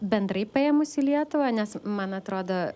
bendrai paėmus į lietuvą nes man atrodo